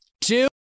two